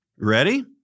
Ready